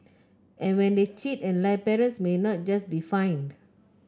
and when they cheat and lie parents may not just be fined